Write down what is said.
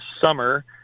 summer